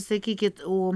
sakykit o